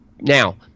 Now